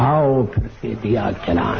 आओ फिर से दिया जलाएं